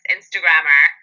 Instagrammer